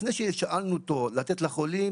לפני ששאלנו אותו אם לתת לחולים,